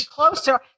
Closer